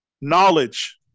Knowledge